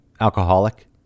Alcoholic